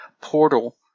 portal